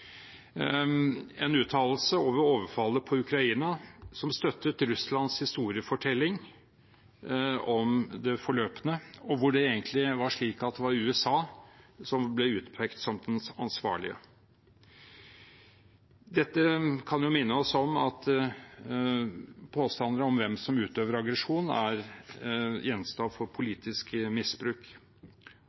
en uttalelse om overfallet på Ukraina som støttet Russlands historiefortelling om det forløpne, og der det egentlig var USA som ble utpekt som den ansvarlige. Dette kan jo minne oss om at påstander om hvem som utøver aggresjon, er gjenstand for politisk misbruk.